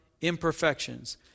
imperfections